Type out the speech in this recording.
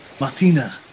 Martina